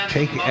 take